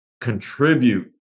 contribute